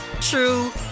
true